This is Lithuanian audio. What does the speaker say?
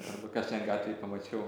arba ką šian gatvėj pamačiau